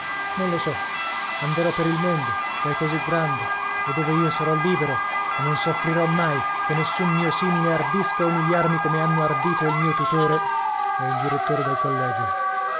non lo so anderò per il mondo che è così grande e dove io sarò libero e non soffrirò mai che nessun mio simile ardisca umiliarmi come hanno ardito il mio tutore e il direttore del collegio